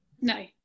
No